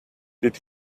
did